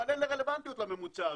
אבל אין רלוונטיות לממוצע הזה,